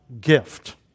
gift